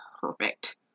perfect